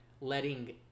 letting